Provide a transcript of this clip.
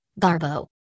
Garbo